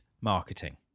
marketing